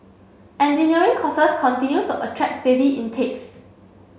engineering courses continue to attract steady intakes